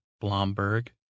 Blomberg